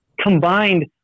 combined